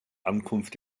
ankunft